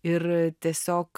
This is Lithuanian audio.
ir tiesiog